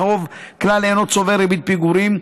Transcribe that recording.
החוב כלל אינו צובר ריבית פיגורים,